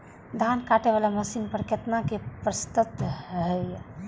धान काटे वाला मशीन पर केतना के प्रस्ताव हय?